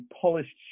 polished